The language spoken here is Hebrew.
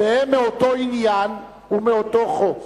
הן מאותו עניין ומאותו חוק.